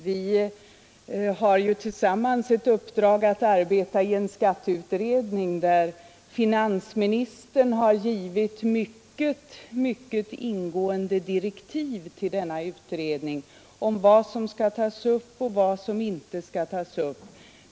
Vi har ju herr Brandt och jag tillsammans ett uppdrag att arbeta i en skatteutredning, till vilken finansministern har givit mycket, mycket ingående direktiv om vad som skall tas upp och vad som inte skall tas upp.